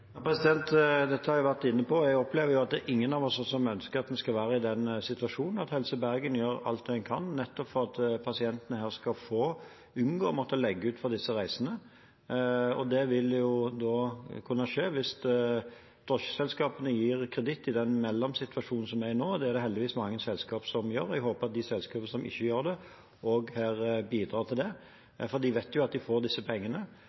Dette har jeg vært inne på. Jeg opplever at ingen av oss ønsker at vi skal være i denne situasjonen, og at Helse Bergen gjør alt de kan for å unngå at pasientene skal måtte legge ut for disse reisene. Det vil kunne skje hvis drosjeselskapene gir kreditt i den mellomsituasjonen vi er i nå. Det er det heldigvis mange selskap som gjør, og jeg håper de selskapene som ikke gjør det, også bidrar til det, for de vet jo at de får disse pengene.